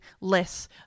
less